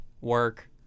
work